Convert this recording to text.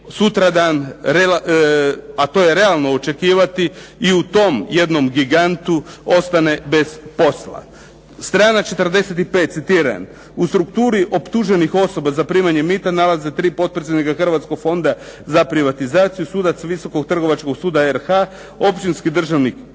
sutradan, a to je realno očekivati i u tom jednom gigantu ostane bez posla. Strana 45 citiram: "U strukturi optuženih osoba za primanje mita, nalaze tri potpredsjednika Hrvatskog fonda za privatizaciju, sudac Visokog trgovačkog suda RH, općinski državni